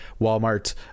Walmart